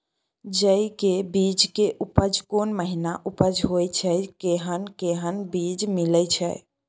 जेय के बीज के उपज कोन महीना उपज होय छै कैहन कैहन बीज मिलय छै?